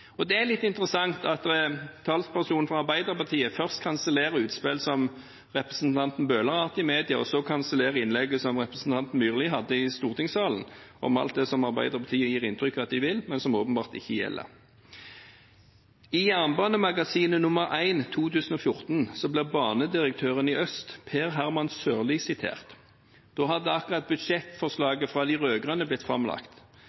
Det er litt interessant at en talsperson fra Arbeiderpartiet først kansellerer utspill som representanten Bøhler har hatt i media, og så kansellerer innlegget som representanten Myrli hadde i stortingssalen om alt det som Arbeiderpartiet gir inntrykk av at de vil, men som åpenbart ikke gjelder. I Jernbanemagasinet nr. 1 2014 ble banedirektøren i øst, Per Herman Sørlie, sitert. Da hadde akkurat budsjettforslaget fra de rød-grønne blitt framlagt: